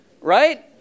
right